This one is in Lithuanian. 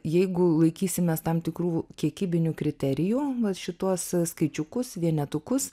jeigu laikysimės tam tikrų kiekybinių kriterijų šituos skaičiukus vienetukus